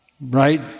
right